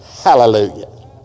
Hallelujah